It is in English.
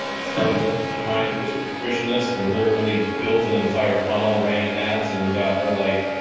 um it started with them into mine who was a nutritionist and literally built an entire funnel, ran ads and got her like,